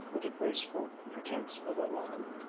with a graceful pretense of alarm.